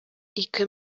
ике